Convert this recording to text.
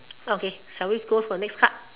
okay shall we go for next part